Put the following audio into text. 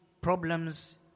problems